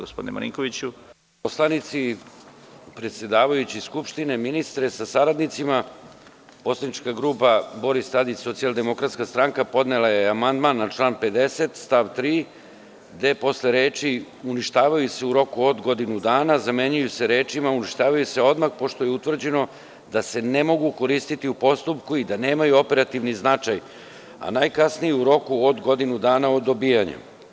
Poštovani poslanici, predsedavajući Skupštine, ministre sa saradnicima, poslanička grupa Boris Tadić – Socijaldemokratska stranka podnela je amandman na član 50. stav 3. gde posle reči „uništavaju se u roku od godinu dana“ zamenjuju se rečima „uništavaju se odmah pošto je utvrđeno da se ne mogu koristiti u postupku i da nemaju operativni značaj, a najkasnije u roku od godinu dana o dobijanju“